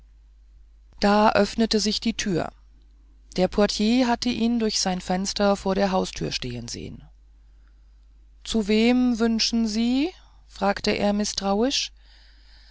da öffnete sich die tür der portier hatte ihn durch sein fenster vor der haustür stehen sehen zu wem wünschen sie fragte er mißtrauisch